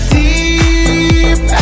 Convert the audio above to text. deep